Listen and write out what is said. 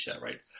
right